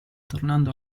tornando